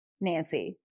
Nancy